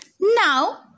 Now